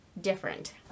different